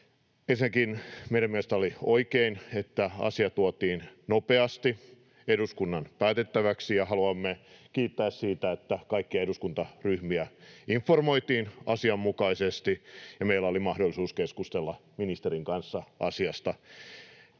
Ensinnäkin meidän mielestämme oli oikein, että asia tuotiin nopeasti eduskunnan päätettäväksi, ja haluamme kiittää siitä, että kaikkia eduskuntaryhmiä informoitiin asianmukaisesti ja meillä oli mahdollisuus keskustella ministerin kanssa asiasta